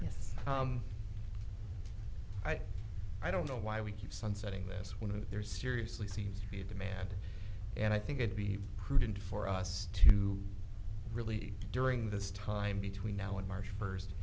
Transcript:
discussion i don't know why we keep sunsetting this one of their seriously seems a demand and i think it be prudent for us to really during this time between now and march first